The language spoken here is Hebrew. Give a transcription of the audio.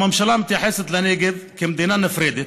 הממשלה מתייחסת לנגב כאל מדינה נפרדת,